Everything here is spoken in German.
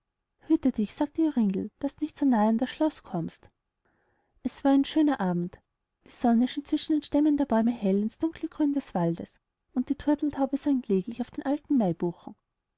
hüte dich sagte joringel daß du nicht so nahe an das schloß kommst es war ein schöner abend die sonne schien zwischen den stämmen der bäume hell ins dunkle grün des walds und die turteltaube sang kläglich auf den alten maibuchen